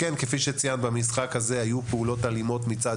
כפי שציינת, במשחק הזה היו פעולות אלימות מצד